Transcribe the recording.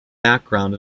background